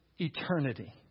eternity